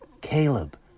Caleb